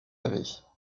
avait